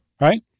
right